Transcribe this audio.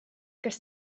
kas